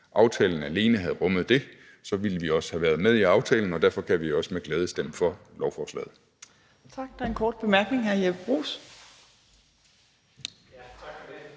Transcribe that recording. det forslag, vi behandler her, så ville vi også have været med i aftalen, og derfor kan vi også med glæde stemme for lovforslaget.